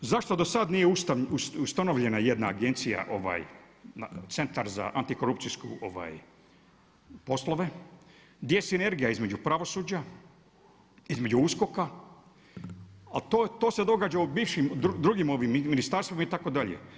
Zašto do sada nije ustanovljena jedna agencija, centar za antikorupcijske poslove gdje sinergija između pravosuđa, između USKOK-a, a li to se događa u bivšim, drugim ministarstvima itd.